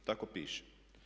Tako piše.